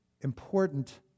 important